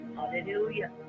Hallelujah